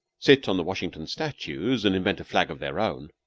sit on the washington statues, and invent a flag of their own,